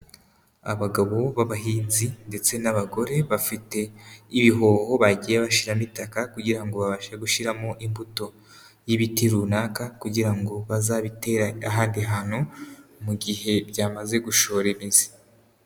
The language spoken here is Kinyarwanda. Abagabo b'abahinzi ndetse n'abagore bafite ibihoho bagiye bashiramo itaka kugira ngo babashe gushyiramo imbuto y'ibiti runaka kugira ngo bazabitere ahandi hantu mu gihe byamaze gushora imizi.